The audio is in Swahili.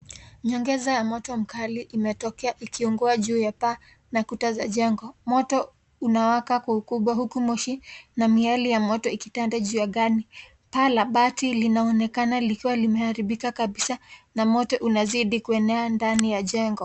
Nyongeza ya moto mkali imetokea ikiungua juu ya paa na kuta za jengo. Moto unawaka kwa ukubwa huku moshi na miale ya moto ikitandaa jua angani. Paa la bati linaonekana likiwa limeharibika kabisa na moto unazidi kuenea ndani ya jengo.